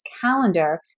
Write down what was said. calendar